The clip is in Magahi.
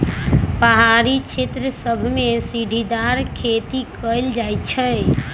पहारी क्षेत्र सभमें सीढ़ीदार खेती कएल जाइ छइ